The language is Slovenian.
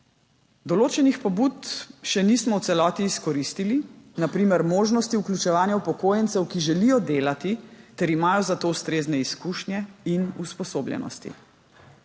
Določenih pobud še nismo v celoti izkoristili, na primer možnosti vključevanja upokojencev, ki želijo delati ter imajo za to ustrezne izkušnje in usposobljenosti.